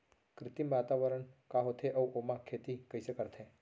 कृत्रिम वातावरण का होथे, अऊ ओमा खेती कइसे करथे?